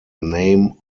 name